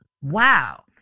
wow